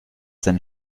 sein